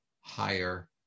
higher